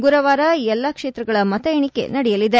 ಗುರುವಾರ ಎಲ್ಲಾ ಕ್ಷೇತ್ರಗಳ ಮತ ಎಣಿಕೆ ನಡೆಯಲಿದೆ